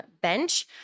bench